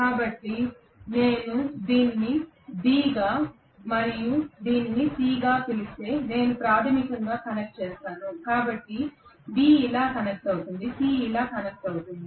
కాబట్టి నేను దీన్ని B గా మరియు దీనిని C గా పిలుస్తే నేను ప్రాథమికంగా కనెక్ట్ చేస్తాను కాబట్టి B ఇలా కనెక్ట్ అవుతుంది C ఇలా కనెక్ట్ అవుతుంది